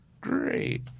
great